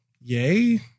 yay